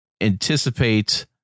anticipate